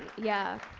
yeah.